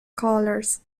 colors